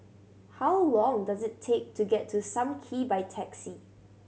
how long does it take to get to Sam Kee by taxi